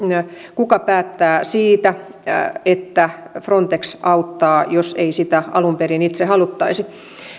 kuka päättää siitä että frontex auttaa jos ei sitä alun perin itse haluttaisi